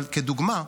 אבל כדוגמה,